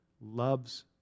loves